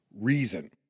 reason